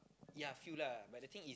ya few lah but the thing is